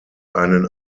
einen